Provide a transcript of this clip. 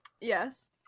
Yes